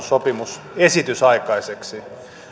sopimusesitys aikaiseksi